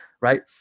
Right